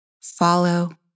follow